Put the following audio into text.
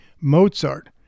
Mozart